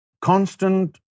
constant